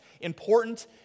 important